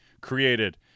created